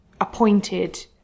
appointed